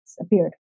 appeared